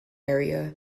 area